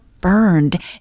burned